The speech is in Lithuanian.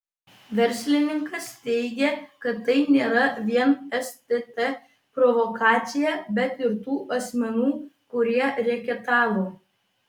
verslininkas teigė kad tai nėra vien stt provokacija bet ir tų asmenų kurie reketavo